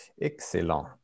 excellent